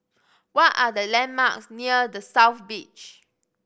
what are the landmarks near The South Beach